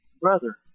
brother